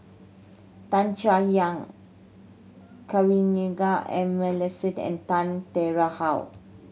Tan Chay Yan Kavignareru Amallathasan and Tan Tarn How